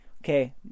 Okay